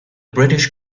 british